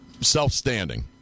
self-standing